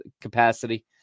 capacity